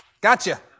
Gotcha